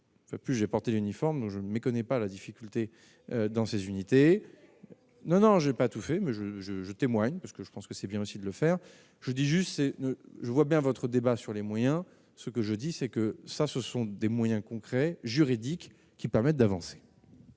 c'est plus j'ai porté l'uniforme, non je ne méconnais pas la difficulté dans ces unités non non j'ai pas tout fait, mais je, je, je témoigne parce que je pense que c'est bien aussi de le faire, je dis juste, c'est je vois bien votre débat sur les moyens, ce que je dis, c'est que ça, ce sont des moyens concrets, juridiques qui permettent d'avancer.